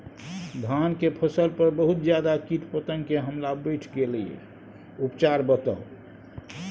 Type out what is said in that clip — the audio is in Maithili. धान के फसल पर बहुत ज्यादा कीट पतंग के हमला बईढ़ गेलईय उपचार बताउ?